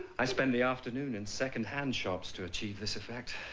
i spend the afternoon in second-hand shops to achieve this effect.